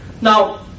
Now